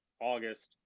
August